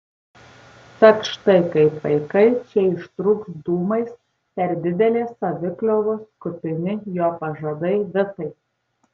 tad štai kaip paikai čia išrūks dūmais per didelės savikliovos kupini jo pažadai vitai